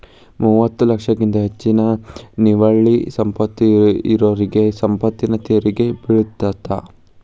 ಮೂವತ್ತ ಲಕ್ಷಕ್ಕಿಂತ ಹೆಚ್ಚಿನ ನಿವ್ವಳ ಸಂಪತ್ತ ಇರೋರಿಗಿ ಸಂಪತ್ತಿನ ತೆರಿಗಿ ಬೇಳತ್ತ